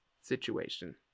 situation